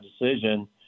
decision